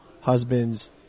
husbands